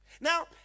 now